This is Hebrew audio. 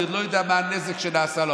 אני עוד לא יודע מה הנזק שנעשה לו,